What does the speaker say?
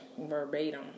verbatim